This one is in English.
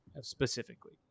specifically